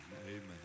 amen